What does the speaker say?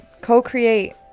Co-create